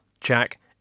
Jack